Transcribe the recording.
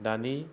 दानि